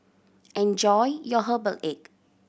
enjoy your herbal egg